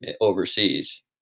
overseas